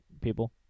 people